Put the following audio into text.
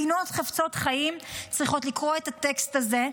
מדינות חפצות חיים צריכות לקרוא את הטקסט הזה.